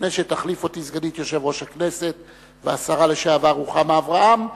לפני שתחליף אותי סגנית יושב-ראש הכנסת והשרה לשעבר רוחמה אברהם,